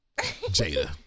Jada